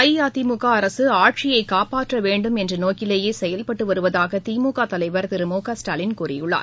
அஇஅதிமுகஅரசுஆட்சியைகாப்பாற்றவேண்டும் என்றநோக்கிலேயேசெயல்பட்டுவருவதாகதிமுகதலைவர் திருமுகஸ்டாலின் கூறியுள்ளார்